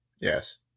Yes